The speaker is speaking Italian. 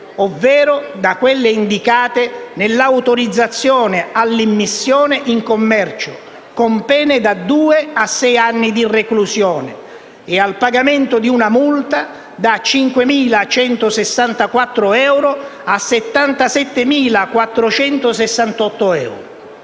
ovvero da quelle indicate nell'autorizzazione all'immissione in commercio, con la previsione di pene da due a sei anni di reclusione e del pagamento di una multa da 5.164 a 77.468 euro.